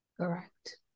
Correct